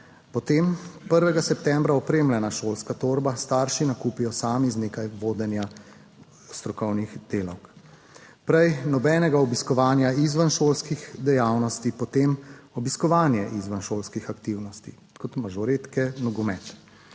potem prvega septembra opremljena šolska torba, starši nakupijo sami z nekaj vodenja strokovnih delavk. Prej nobenega obiskovanja izvenšolskih dejavnosti, potem obiskovanje izvenšolskih aktivnosti, kot so mažoretke, nogomet.